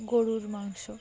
গরুর মাংস